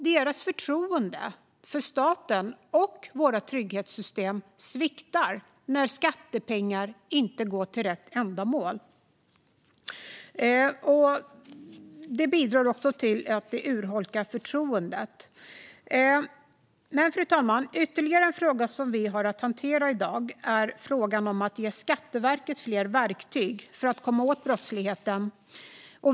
Deras förtroende för staten och våra trygghetssystem sviktar när skattepengar inte går till rätt ändamål. Det bidrar till att urholka förtroendet. Fru talman! Ytterligare en fråga som vi har att hantera i dag är frågan om att ge Skatteverket fler verktyg för att komma åt brottsligheten.